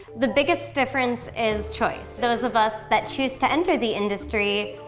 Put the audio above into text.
the biggest difference is choice. those of us that choose to enter the industry,